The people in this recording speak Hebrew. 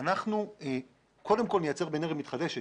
שאנחנו קודם כל נייצר באנרגיה מתחדשת.